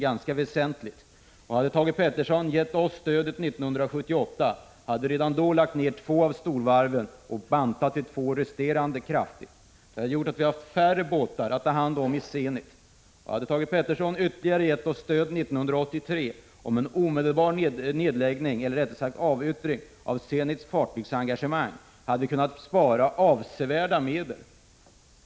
Hade Thage Peterson gett oss bistånd i det avseendet 1978 hade vi redan då lagt ned två av storvarven och bantat de två resterande kraftigt. Det hade gjort att vi nu hade haft färre båtar att ta hand om i Zenit. Hade Thage Peterson också gett oss stöd 1983 för en omedelbar avyttring av Zenits fartygsengagemang, hade vi kunnat spara avsevärda medel.